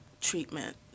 treatment